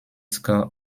score